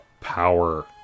power